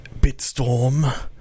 BitStorm